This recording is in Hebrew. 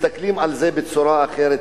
מסתכלים על זה בצורה אחרת,